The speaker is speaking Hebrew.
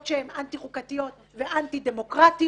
שהן אנטי חוקתיות ואנטי דמוקרטיות,